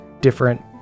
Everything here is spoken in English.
different